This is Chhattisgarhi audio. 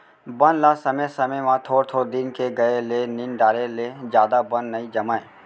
बन ल समे समे म थोर थोर दिन के गए ले निंद डारे ले जादा बन नइ जामय